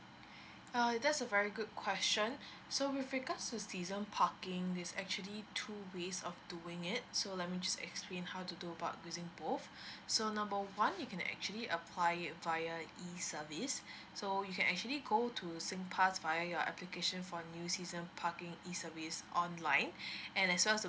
uh that's a very good question so with regards to season parking there's actually two ways of doing it so let me just explain how to do about using both so number one you can actually apply it via easy service so you can actually go to the singpass via your application for new season parking service online and as well